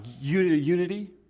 unity